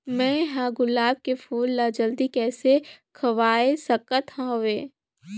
मैं ह गुलाब के फूल ला जल्दी कइसे खवाय सकथ हवे?